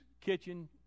kitchen